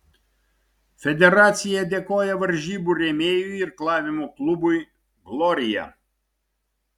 federacija dėkoja varžybų rėmėjui irklavimo klubui glorija